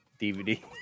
DVD